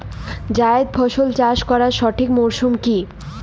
জায়েদ ফসল চাষ করার সঠিক মরশুম কি?